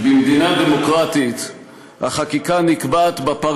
תמשיכו לדרוס אותו, לדרוס את בית-המשפט העליון.